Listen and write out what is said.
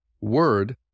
word